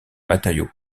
matériaux